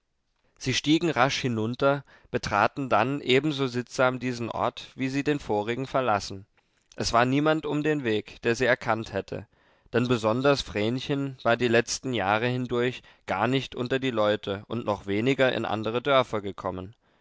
sie stiegen rasch hinunter betraten dann ebenso sittsam diesen ort wie sie den vorigen verlassen es war niemand um den weg der sie erkannt hätte denn besonders vrenchen war die letzten jahre hindurch gar nicht unter die leute und noch weniger in andere dörfer gekommen